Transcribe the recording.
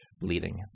bleeding